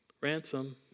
Ransom